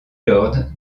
lord